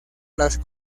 las